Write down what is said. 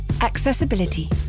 Accessibility